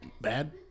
bad